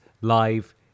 live